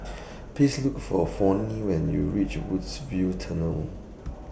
Please Look For Fronie when YOU REACH Woodsville Tunnel